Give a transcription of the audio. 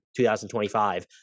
2025